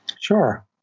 Sure